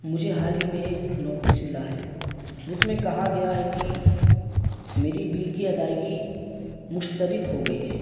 مجھے حال ہی میں ایک نوٹس ملا ہے جس میں کہا گیا ہے کہ میری بل کی ادائیگی مشترد ہو گئی ہے